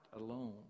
alone